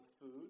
food